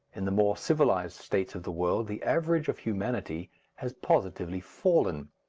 in the more civilized states of the world, the average of humanity has positively fallen.